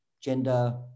gender